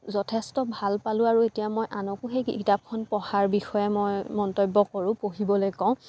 যথেষ্ট ভাল পালোঁ আৰু এতিয়া মই আনকো সেই কি কিতাপখন পঢ়াৰ বিষয়ে মই মন্তব্য় কৰোঁ পঢ়িবলে কওঁ